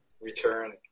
return